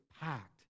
packed